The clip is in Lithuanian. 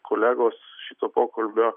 kolegos šito pokalbio